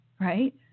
Right